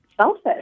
selfish